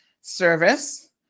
service